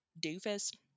doofus